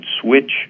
switch